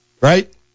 right